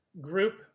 group